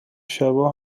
شبا